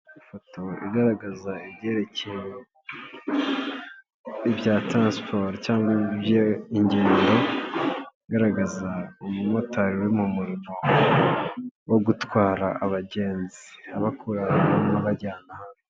Ifoto igaragaza ibyerekeye ibya taransiporo cyangwa ingendo, igaragaza umu motari uri mu murimo wo gutwara abagenzi, abakura ahantu hamwe abajyana ahandi.